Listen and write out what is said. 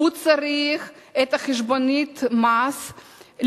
צריך את חשבונית המס,